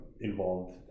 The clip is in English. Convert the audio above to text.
involved